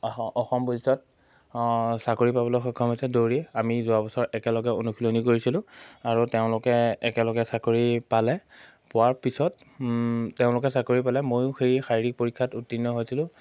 অসম অসম পুলিছত চাকৰি পাবলৈ সক্ষম হৈছে দৌৰি আমি যোৱা বছৰ একেলগে অনুশীলনী কৰিছিলোঁ আৰু তেওঁলোকে একেলগে চাকৰি পালে পোৱাৰ পিছত তেওঁলোকে চাকৰি পালে ময়ো সেই শাৰীৰিক পৰীক্ষাত উত্তীৰ্ণ হৈছিলোঁ